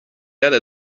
eile